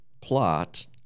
plot